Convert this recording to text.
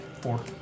four